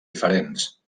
diferents